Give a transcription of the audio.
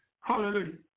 Hallelujah